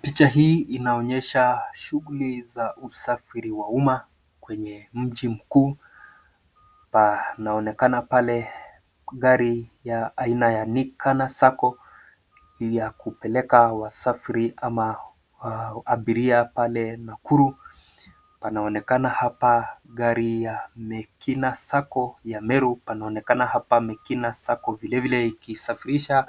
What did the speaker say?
Picha hii inaonyesha shughuli za usafiri wa umma kwenye mji mkuu, panaonekana pale gari ya aina ya Likana Sacco ya kupeleka wasafiri ama abiria pale Nakuru. Panaonekana hapa gari ya Mekina Sacco ya Meru, panaonekana hapa Mekina Sacco vilevile ikisafirisha